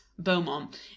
Beaumont